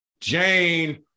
Jane